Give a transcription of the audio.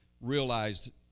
realized